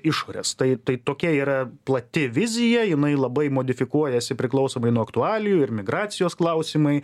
išorės tai tai tokia yra plati vizija jinai labai modifikuojasi priklausomai nuo aktualijų ir migracijos klausimai